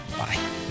Bye